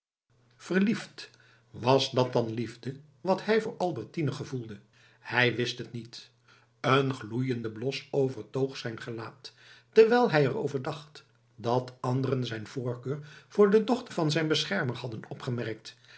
verliefd was dat dan liefde wat hij voor albertine gevoelde hij wist het niet een gloeiende blos overtoog zijn gelaat terwijl hij er over dacht dat anderen zijn voorkeur voor de dochter van zijn beschermer hadden opgemerkt